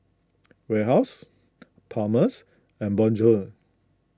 Warehouse Palmer's and Bonjour